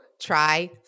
try